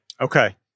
Okay